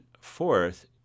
fourth